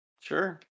sure